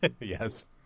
Yes